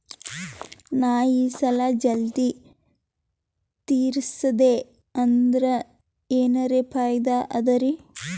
ನಾ ಈ ಸಾಲಾ ಜಲ್ದಿ ತಿರಸ್ದೆ ಅಂದ್ರ ಎನರ ಫಾಯಿದಾ ಅದರಿ?